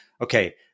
okay